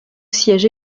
siège